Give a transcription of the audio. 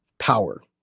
power